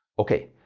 okay,